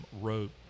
wrote